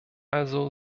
also